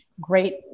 Great